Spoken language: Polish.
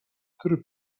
który